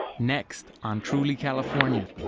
next on truly california